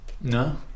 No